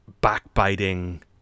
backbiting